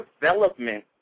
development